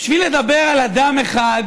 בשביל לדבר על אדם אחד,